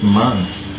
months